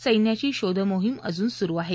सैन्याची शोधमोहिम अजून सुरु आहे